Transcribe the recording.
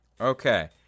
Okay